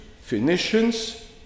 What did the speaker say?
Phoenicians